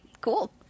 Cool